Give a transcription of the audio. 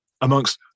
amongst